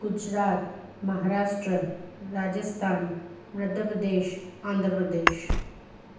Gujarat Maharashtra Rajasthan Madhya Pradesh Andhra Pradesh